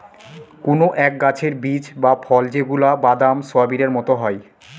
কোনো এক গাছের বীজ বা ফল যেগুলা বাদাম, সোয়াবিনের মতো হয়